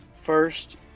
First